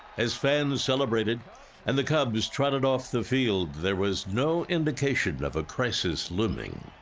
as fans celebrated and the cubs trotted off the field there was no indication of a crisis looming.